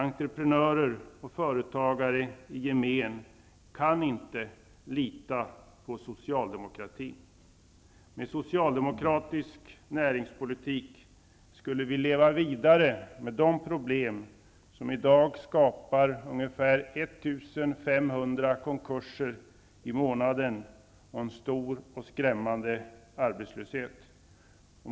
Entreprenörer och företagare i gemen kan inte lita på socialdemokratin. Med socialdemokratisk näringspolitik skulle vi leva vidare med de problem som i dag skapar ungefär 1 500 konkurser i månaden och en stor och skrämmande arbetslöshet.